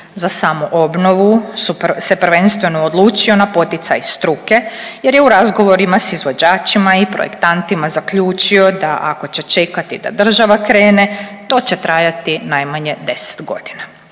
Za samoobnovu se prvenstveno odlučio na poticaj struke jer je u razgovorima s izvođačima i projektantima zaključio da ako će čekati da država krene to će trajati najmanje 10 godina.